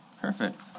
Perfect